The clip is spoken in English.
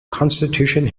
constitution